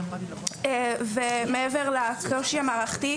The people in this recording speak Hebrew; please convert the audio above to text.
מעבר לקושי המערכתי,